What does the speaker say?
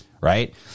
right